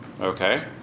Okay